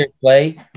play